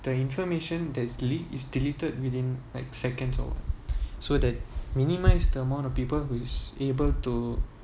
the information that is leaked is deleted within like seconds or so that minimize the amount of people who is able to